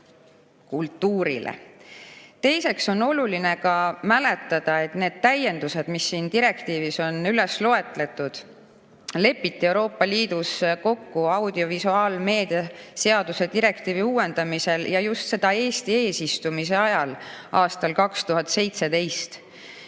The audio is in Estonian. kultuurile. Teiseks on oluline mäletada, et need täiendused, mis siin direktiivis on üles loetud, lepiti Euroopa Liidus kokku audiovisuaalmeedia teenuste direktiivi uuendamisel, ja seda just Eesti eesistumise ajal aastal 2017.